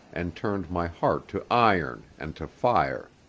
and turned my heart to iron and to fire.